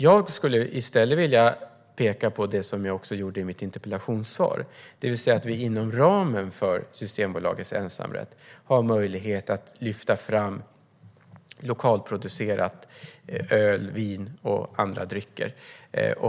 Jag skulle i stället vilja peka på, som jag också gjorde i mitt interpellationssvar, att vi inom ramen för Systembolagets ensamrätt har möjlighet att lyfta fram lokalproducerat öl, vin och andra drycker.